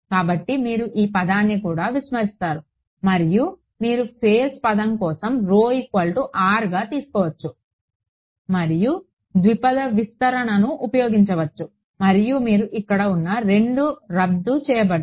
కాబట్టి మీరు ఈ పదాన్ని కూడా విస్మరిస్తారు మరియు మీరు ఫేస్ పదం కోసం గా తీసుకోవచ్చు మరియు ద్విపద విస్తరణను ఉపయోగించవచ్చు మరియు మీరు ఇక్కడ ఉన్న రెండు రద్దు చేయబడ్డాయి